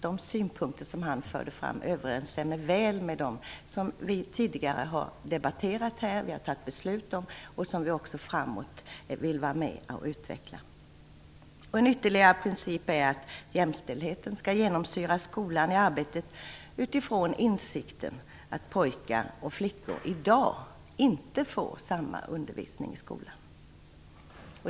De synpunkter som han förde fram överensstämmer väl med dem som vi tidigare har debatterat här, som vi har fattat beslut om och som vi också vill vara med och utveckla framöver. Ytterligare en princip är att jämställdheten skall genomsyra skolan i arbetet utifrån insikten att pojkar och flickor i dag inte får samma undervisning i skolan.